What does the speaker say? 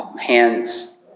hands